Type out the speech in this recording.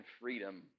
freedom